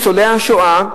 לניצולי השואה,